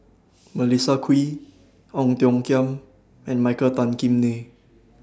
Melissa Kwee Ong Tiong Khiam and Michael Tan Kim Nei